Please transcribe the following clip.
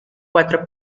cuatro